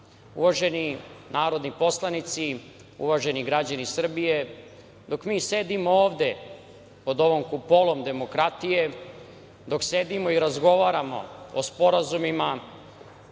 dana. Uvaženi narodni poslanici, uvaženi građani Srbije, dok mi sedimo ovde pod ovom kupolom demokratije, dok sedimo i razgovaramo o sporazumima